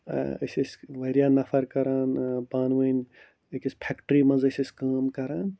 أسۍ ٲسۍ واریاہ نَفر کَران پانہٕ ؤنۍ أکِس فٮ۪کٹرٛی منٛز ٲسۍ أسۍ کٲم کَران